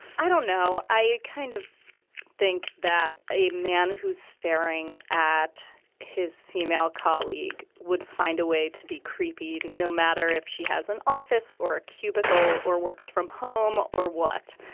i don't know i kind of think that a man who's staring at his female colleague would find a way to be creepy no matter if she has an office or a cubicle or works from home or what.